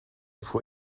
vor